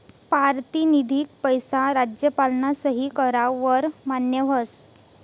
पारतिनिधिक पैसा राज्यपालना सही कराव वर मान्य व्हस